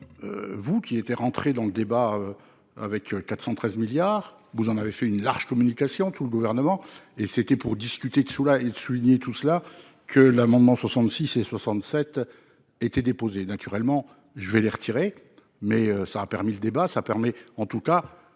Vous qui était rentré dans le débat avec 413 milliards. Vous en avez fait une large communication tout le gouvernement et c'était pour discuter de sous la souligné tout cela que l'amendement 66 et 67. Étaient déposés naturellement je vais aller retirer mais ça a permis le débat ça permet en tout cas